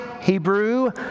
Hebrew